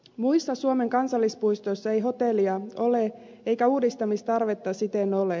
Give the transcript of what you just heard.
muissa suomen kansallispuistoissa ei hotellia ole eikä uudistamistarvetta siten ole